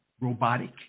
robotic